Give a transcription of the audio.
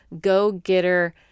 go-getter